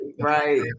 right